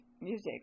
music